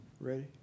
ready